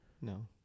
No